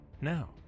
Now